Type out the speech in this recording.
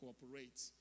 cooperate